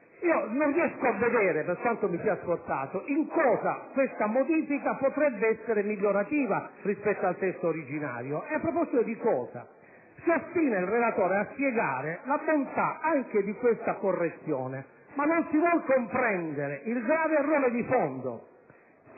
non riesco a vedere in cosa questa modifica potrebbe essere migliorativa rispetto al testo originario e a proposito di cosa. Si ostina il relatore a spiegare la bontà anche di tale correzione, ma non si vuol comprendere il grave errore di fondo.